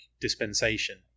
dispensation